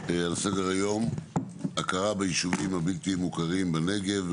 על סדר-היום: הכרה בישובים הבלתי מוכרים בנגב,